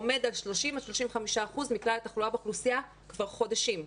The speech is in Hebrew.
עומד על 30% 35% מכלל התחלואה באוכלוסייה כבר חודשים.